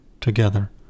together